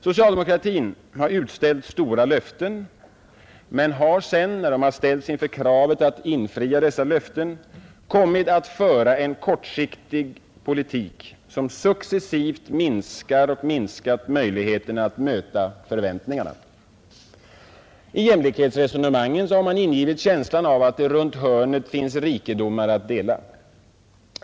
Socialdemokratin har utställt stora löften men har sedan — när man ställts inför kravet att infria dessa löften — kommit att föra en kortsiktig politik, som successivt minskar och som minskat möjligheterna att möta förväntningarna. I jämlikhetsresonemangen har man ingivit människorna känslan av att det runt hörnet finns rikedomar att dela.